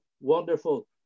Wonderful